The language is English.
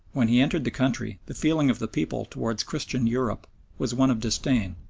when he entered the country the feeling of the people towards christian europe was one of disdain,